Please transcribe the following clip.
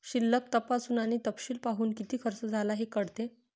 शिल्लक तपासून आणि तपशील पाहून, किती खर्च झाला हे कळते